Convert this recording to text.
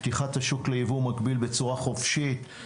פתיחת השוק ליבוא מקביל בצורה חופשית.